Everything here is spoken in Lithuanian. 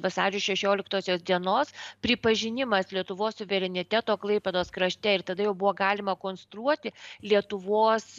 vasario šešioliktosios dienos pripažinimas lietuvos suvereniteto klaipėdos krašte ir tada jau buvo galima konstruoti lietuvos